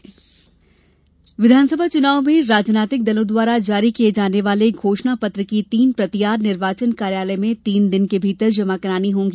चुनाव आयोग विधानसभा चुनाव में राजनैतिक दलों द्वारा जारी किये जाने वाले घोषणा पत्र की तीन प्रतियां निर्वाचन कार्यालय में तीन दिन के भीतर जमा करना होगी